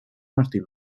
martin